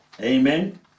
amen